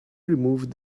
removed